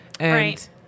Right